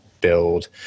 build